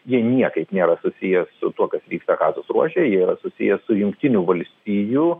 jie niekaip nėra susiję su tuo kas vyksta gazos ruože jie yra susiję su jungtinių valstijų